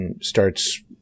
starts